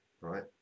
right